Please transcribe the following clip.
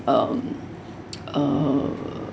um err